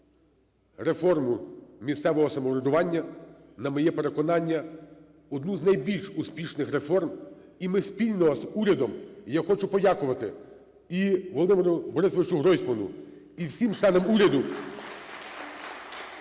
реформу місцевого самоврядування, на моє переконання, одну з найбільш успішних реформ. І ми спільно з урядом, і я хочу подякувати і Володимиру Борисовичу Гройсману, і всім членам уряду